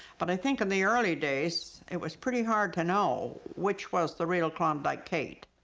but i think in the early days it was pretty hard to know which was the real klondike kate.